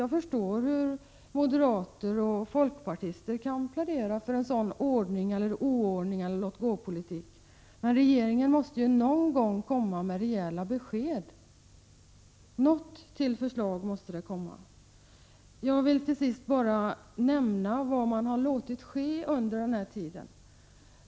Jag förstår att moderaterna och folkpartisterna kan plädera för en sådan ordning — jag borde kanske säga oordning eller låt-gå-politik — men regeringen måste någon gång lämna rejäla besked och någon form av förslag. Jag vill till sist bara nämna vad man låtit ske under den här tiden.